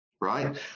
Right